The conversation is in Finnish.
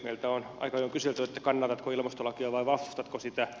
meiltä on aika ajoin kyselty kannatatko ilmastolakia vai vastustatko sitä